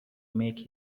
make